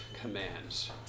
commands